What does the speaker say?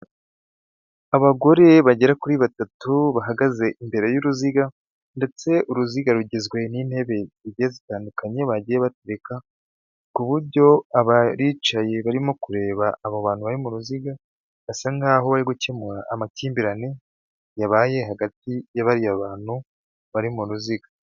Abagore bagera kuri batatu bahagaze imbere y'uruziga ndetse uruziga rugizwe n'intebe zigiye zitandukanye bagiye batereka kuburyo abicaye barimo kureba abo bantu bari muruziga basa nkaho bari gukemura amakimbirane yabaye hagati ya bariya bantu bari mu ruziga.